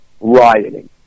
rioting